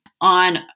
on